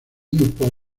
newport